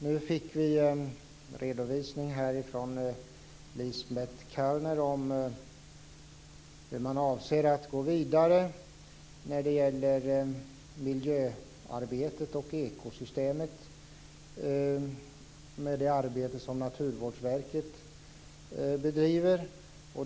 Nu fick vi en redovisning från Lisbet Calner av hur man avser att gå vidare med miljöarbetet och ekosystemet och med det arbete som Naturvårdsverket bedriver.